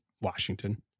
Washington